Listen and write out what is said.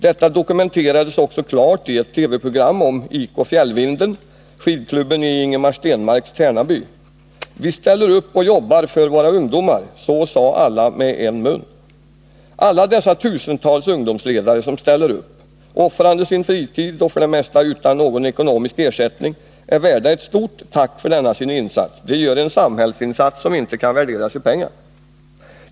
Det dokumenterades också i ett TV-program om IK Fjällvinden — skidklubben i Ingemar Stenmarks Tärnaby. ”Vi ställer upp och jobbar för våra ungdomar”, sade alla med en mun. Alla dessa tusentals ungdomsledare som ställer upp — offrande sin fritid och för det mesta utan någon ekonomisk ersättning — är värda ett stort tack för denna sin insats. De gör en samhällsinsats som inte kan värderas i pengar.